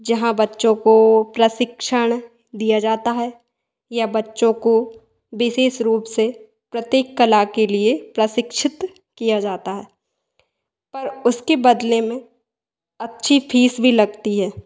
जहाँ बच्चों को प्रशिक्षण दिया जाता है या बच्चों को विशेष रूप से प्रत्येक कला के लिए प्रशिक्षित किया जाता है पर उसके बदले में अच्छी फीस भी लगती है